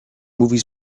movies